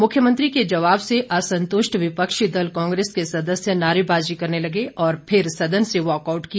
मुख्यमंत्री के जवाब से असंतुष्ट विपक्षी दल कांगेस के सदस्य नारेबाजी करने लगे और फिर सदन से वाकआउट किया